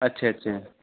ਅੱਛਾ ਅੱਛਾ